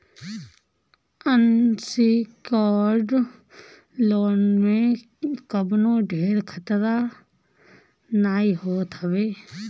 unsecured loan में कवनो ढेर खतरा नाइ होत हवे